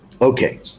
Okay